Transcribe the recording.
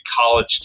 college